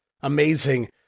Amazing